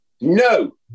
No